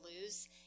lose